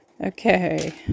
Okay